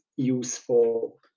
useful